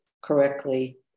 correctly